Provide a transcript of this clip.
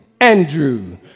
Andrew